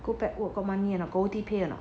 go back work got money or not got O_T pay or not